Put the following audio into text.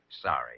sorry